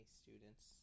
students